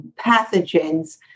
pathogens